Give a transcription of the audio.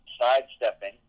sidestepping